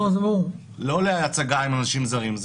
לא להצגה עם אנשים זרים.